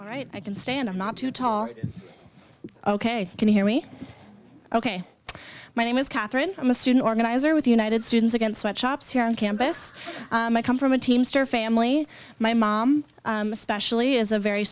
right i can stand i'm not too tall ok can you hear me ok my name is katherine i'm a student organizer with united students against sweat shops here on campus i come from a teamster family my mom especially is a very